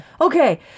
Okay